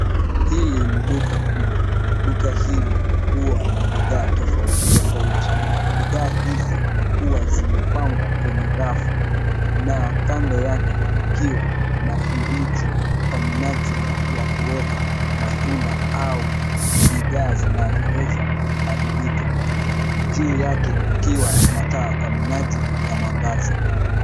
Hili ni duka kubwa. Duka hili huwa na bidhaa tofauti tofauti. Bidhaa hizi huwa zimepangwa kwenye rafu, na kando yake kukiwa na firiji kwa minajili ya kuweka matunda au bidhaa zinazoweza kuharibika. Juu yake kukiwa na taa kwa minajili ya mwangaza.